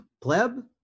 Pleb